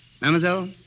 Mademoiselle